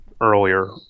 earlier